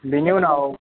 बेनि उनाव